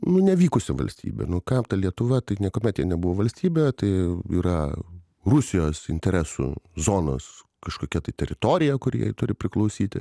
nu nevykusi valstybė nu kam ta lietuva tai niekuomet nebuvo valstybė tai yra rusijos interesų zonos kažkokia tai teritorija kuri jai turi priklausyti